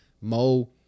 mo